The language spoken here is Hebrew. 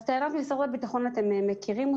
את טענת משרד הביטחון אתם מכירים.